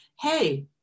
hey